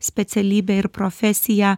specialybė ir profesija